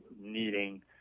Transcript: needing